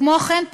כמו כן,